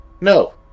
No